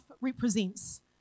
represents